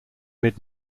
mid